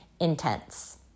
intense